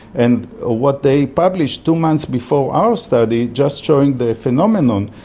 and ah what they published two months before our study, just showing the phenomenon,